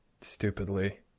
stupidly